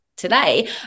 today